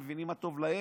הם מבינים מה טוב להם.